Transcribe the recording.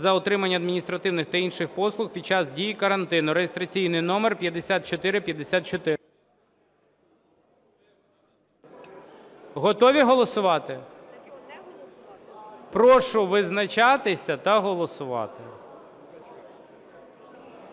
за отриманням адміністративних та інших послуг під час дії карантину (реєстраційний номер 5454). Готові голосувати? Прошу визначатися та голосувати.